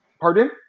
pardon